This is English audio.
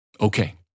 Okay